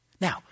Now